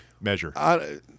measure